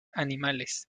animales